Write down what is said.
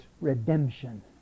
redemption